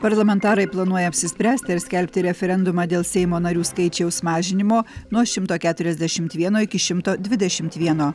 parlamentarai planuoja apsispręsti ar skelbti referendumą dėl seimo narių skaičiaus mažinimo nuo šimto keturiasdešimt vieno iki šimto dvidešimt vieno